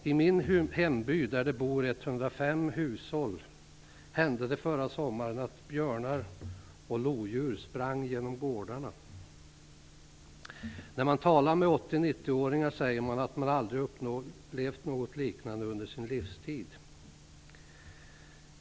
I min hemby, där det finns 105 hushåll, hände det förra sommaren att björnar och lodjur sprang genom gårdarna. När man talar med 80 90-åringar säger de att de aldrig upplevt något liknande under sin livstid.